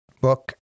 book